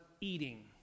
eating